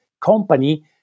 company